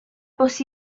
bws